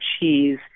cheese